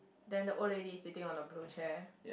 then the old lady is sitting on a blue chair